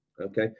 okay